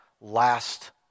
last